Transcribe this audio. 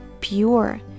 pure